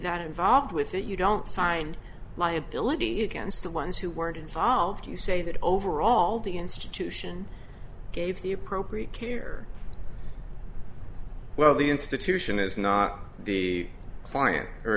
that involved with it you don't find liability against the ones who weren't involved you say that overall the institution gave the appropriate care well the institution is not the client